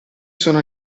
sono